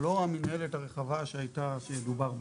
זו לא המינהלת הרחבה שדובר בה.